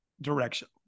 direction